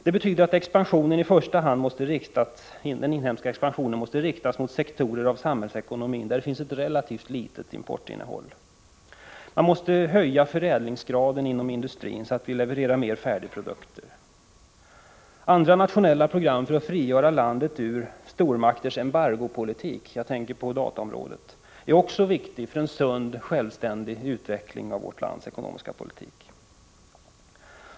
Det betyder att den inhemska expansionen i första hand måste riktas mot sektorer av samhällsekonomin där det finns ett relativt litet importinnehåll och att förädlingsgraden inom industrin måste öka, så att vi levererar mer färdigprodukter. Andra nationella program för att frigöra landet från stormakters embargopolitik — jag tänker på dataområdet — är också viktiga för en sund och självständig utveckling av vårt lands ekonomiska politik.